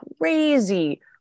crazy